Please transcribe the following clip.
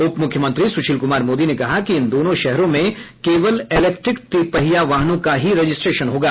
उप मुख्यमंत्री सुशील कुमार मोदी ने कहा कि इन दोनों शहरों में केवल इलेक्ट्रीक तिपहिया वाहनों का ही रजिस्ट्रेशन होगा